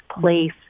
place